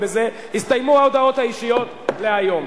ובזה הסתיימו ההודעות האישיות להיום,